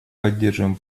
поддерживаем